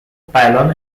pylon